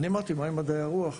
שאלתי מה עם מדעי הרוח,